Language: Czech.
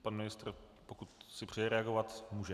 Pan ministr, pokud si přeje reagovat, může.